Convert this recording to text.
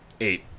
eight